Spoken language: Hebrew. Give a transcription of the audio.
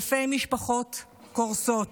אלפי משפחות קורסות.